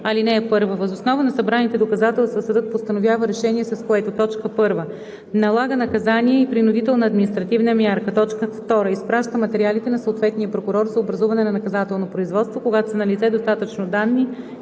58в. (1) Въз основа на събраните доказателства съдът постановява решение, с което: 1. налага наказание и принудителна административна мярка; 2. изпраща материалите на съответния прокурор за образуване на наказателно производство, когато са налице достатъчно данни